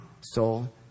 soul